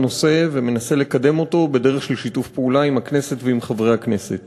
נושא ומנסה לקדם אותו בדרך של שיתוף פעולה עם הכנסת ועם חברי הכנסת.